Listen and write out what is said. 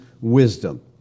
wisdom